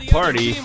party